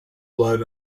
blood